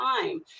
time